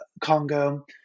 Congo